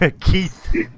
Keith